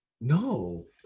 No